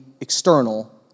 external